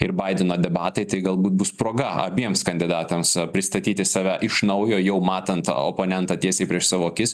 ir baideno debatai tai galbūt bus proga abiems kandidatams pristatyti save iš naujo jau matant oponentą tiesiai prieš savo akis